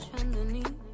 underneath